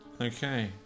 Okay